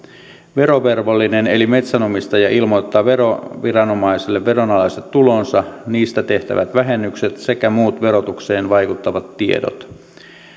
verovelvollinen eli metsänomistaja ilmoittaa veroviranomaisille veronalaiset tulonsa niistä tehtävät vähennykset sekä muut verotukseen vaikuttavat tiedot